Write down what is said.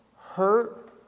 Hurt